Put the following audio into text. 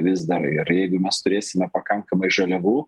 vis dar ir jeigu mes turėsime pakankamai žaliavų